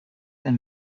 and